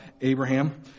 Abraham